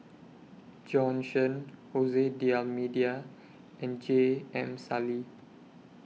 Bjorn Shen Jose D'almeida and J M Sali